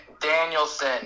Danielson